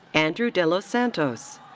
andrew de los santos.